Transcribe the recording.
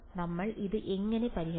നമ്മൾ ഇത് എങ്ങനെ പരിഹരിക്കും